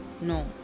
No